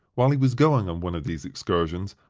while he was going on one of these excursions,